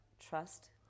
trust